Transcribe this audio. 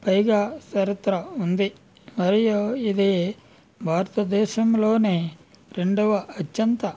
పైగా చరిత్ర ఉంది మరియు ఇది భారతదేశంలోనే రెండవ అత్యంత